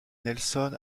nelson